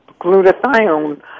glutathione